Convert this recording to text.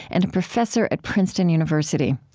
and a professor at princeton university.